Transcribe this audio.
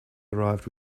arrived